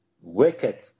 wicked